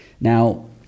now